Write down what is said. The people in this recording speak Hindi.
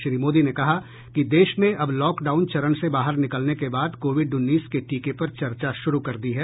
श्री मोदी ने कहा कि देश ने अब लॉकडाउन चरण से बाहर निकलने के बाद कोविड उन्नीस के टीके पर चर्चा शुरू कर दी है